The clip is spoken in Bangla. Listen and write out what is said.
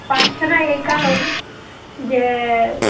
পাচ্ছে না এই কারণ যে